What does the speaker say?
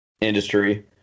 industry